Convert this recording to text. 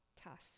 tough